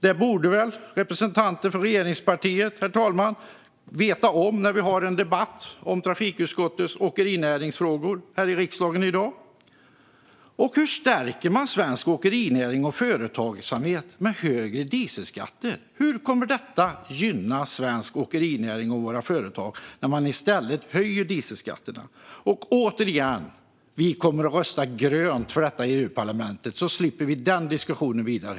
Det borde representanten för regeringspartiet kunna svara på när vi har en debatt om åkerinäringsfrågor här i riksdagen i dag. Och hur stärker man svensk åkerinäring och företagsamhet genom högre dieselskatter - hur kan det gynna svensk åkerinäring och våra företag? Återigen: Vi kommer att rösta grönt för detta i EU-parlamentet. Hoppas att vi nu slipper den diskussionen vidare.